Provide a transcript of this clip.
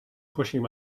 pushing